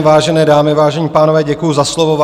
Vážené dámy, vážení pánové, děkuji za slovo.